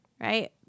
right